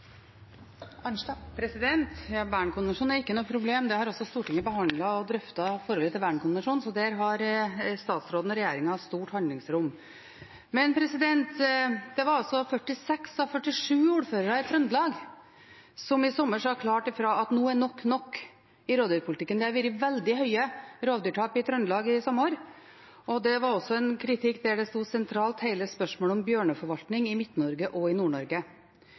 Bernkonvensjonen er ikke noe problem. Forholdet til Bernkonvensjonen har Stortinget behandlet og drøftet, så der har statsråden og regjeringen stort handlingsrom. Men det var 46 av 47 ordførere i Trøndelag som i sommer sa klart fra om at nå er nok nok i rovdyrpolitikken – det har vært veldig høye rovdyrtap i Trøndelag i sommer – og det var også en kritikk der hele spørsmålet om bjørneforvaltningen i Midt-Norge og i